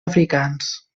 africans